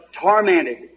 tormented